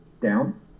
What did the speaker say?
down